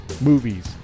movies